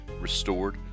restored